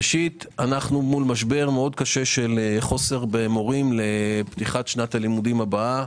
ראשית אנו מול משבר מאוד קשה של חוסר במורים לפתיחת שנת הלימודים הבאה.